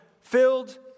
filled